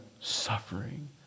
suffering